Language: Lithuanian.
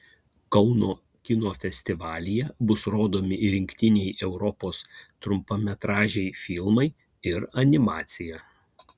kauno kino festivalyje bus rodomi rinktiniai europos trumpametražiai filmai ir animacija